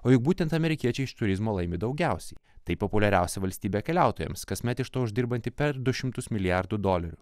o juk būtent amerikiečiai iš turizmo laimi daugiausiai tai populiariausia valstybė keliautojams kasmet iš to uždirbanti per du šimtus milijardų dolerių